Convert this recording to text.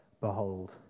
Behold